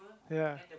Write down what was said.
ya